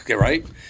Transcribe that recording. right